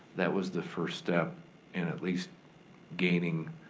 that was the first step in at least gaining